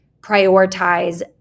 prioritize